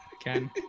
again